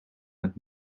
met